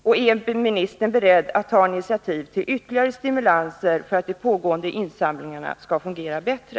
Är jordbruksministern beredd att ta initiativ till ytterligare stimulanser för att de pågående insamlingarna skall fungera bättre?